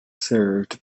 served